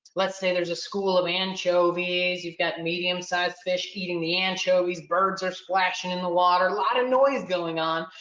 let's say there's a school of anchovies. you've got medium-size fish eating the anchovies. birds are splashing in the water. a lot of noise going on.